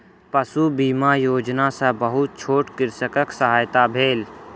पशु बीमा योजना सॅ बहुत छोट कृषकक सहायता भेल